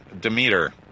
Demeter